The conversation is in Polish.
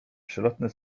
przelotne